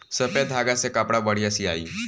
सफ़ेद धागा से कपड़ा बढ़िया सियाई